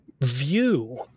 view